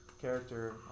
character